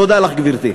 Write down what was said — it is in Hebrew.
תודה לך, גברתי.